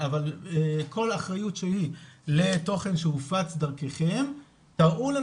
אבל כל אחריות שהיא לתוכן שהופץ דרככם תראו לנו